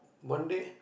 one day